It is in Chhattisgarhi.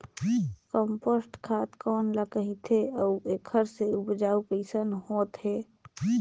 कम्पोस्ट खाद कौन ल कहिथे अउ एखर से उपजाऊ कैसन होत हे?